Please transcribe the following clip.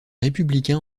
républicains